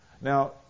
Now